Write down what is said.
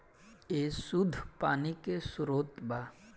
ए शुद्ध पानी के स्रोत बा